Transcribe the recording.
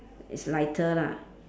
it's lighter lah